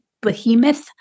behemoth